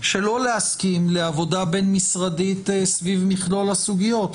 לא להסכים לעבודה בין-משרדית סביב מכלול הסוגיות.